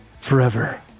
forever